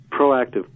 proactive